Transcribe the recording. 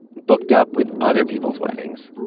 booked up with other people's weddings.